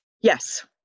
Yes